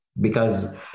because-